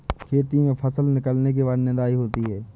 खेती में फसल निकलने के बाद निदाई होती हैं?